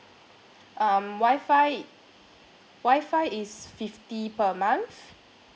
um WIFI WIFI is fifty per month